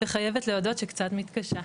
וחייבת להודות שקצת מתקשה.